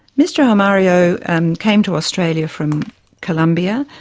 mr almario and came to australia from colombia.